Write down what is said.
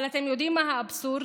אבל אתם יודעים מה האבסורד?